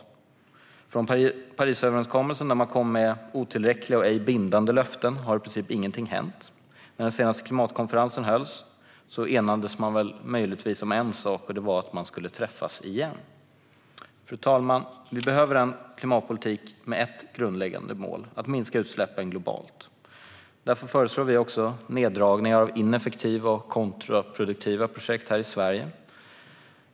Efter Parisöverenskommelsen, då det gavs otillräckliga och ej bindande löften, har i princip ingenting hänt. När den senaste klimatkonferensen hölls enades man möjligtvis om en sak, och det var att man skulle träffas igen. Fru talman! Vi behöver en klimatpolitik med ett grundläggande mål: att minska utsläppen globalt. Därför föreslår vi neddragningar av ineffektiva och kontraproduktiva projekt här i Sverige.